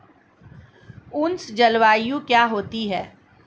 उष्ण जलवायु क्या होती है?